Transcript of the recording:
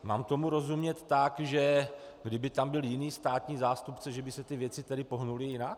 Mám tomu rozumět tak, že kdyby tam byli jiní státní zástupci, že by se ty věci tedy pohnuly jinak?